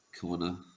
corner